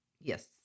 Yes